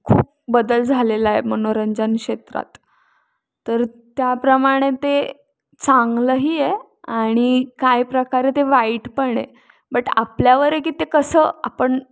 खूप बदल झालेला आहे मनोरंजन क्षेत्रात तर त्याप्रमाणे ते चांगलंही आहे आणि काही प्रकारे ते वाईट पण आहे बट आपल्यावर आहे की ते कसं आपण